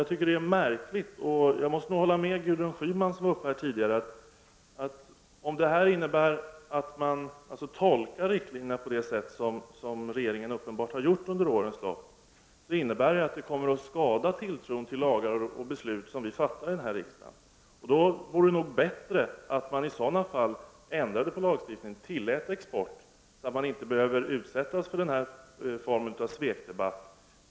Det är märkligt. Jag måste hålla med Gudrun Schyman, som var uppe tidigare. Om man tolkar riktlinjerna på det sätt som regeringen uppenbart har gjort under årens lopp, kommer det att skada tilltron till lagar och beslut som vi fattar i riksdagen. Då vore det bättre att man i sådana fall ändrade lagstiftningen och tillät export, så att man inte behöver utsättas för den här formen av svekdebatt.